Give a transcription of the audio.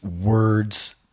words